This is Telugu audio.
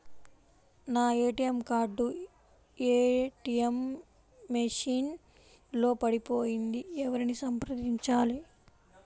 నా ఏ.టీ.ఎం కార్డు ఏ.టీ.ఎం మెషిన్ లో పడిపోయింది ఎవరిని సంప్రదించాలి?